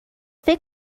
فکر